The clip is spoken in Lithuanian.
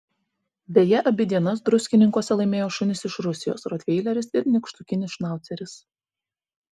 beje abi dienas druskininkuose laimėjo šunys iš rusijos rotveileris ir nykštukinis šnauceris